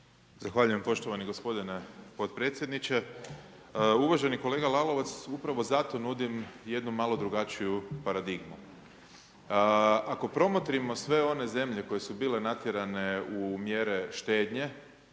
Zahvaljujem poštovani gospodine potpredsjedniče. Uvaženi kolega Lalovac, upravo zato nudim jednu malo drugačiju paradigmu. Ako promotrimo sve one zemlje koje su bile natjerane u mjere štednje,